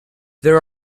there